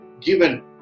given